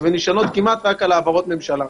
ונשענות כמעט רק על העברות ממשלה.